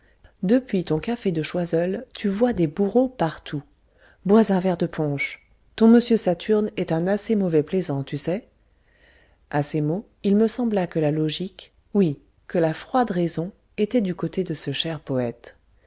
depuis ton café de choiseul tu vois des bourreaux partout bois un verre de punch ton m saturne est un assez mauvais plaisant tu sais à ces mots il me sembla que la logique oui que la froide raison était du côté de ce cher poète